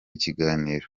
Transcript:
ikiganiro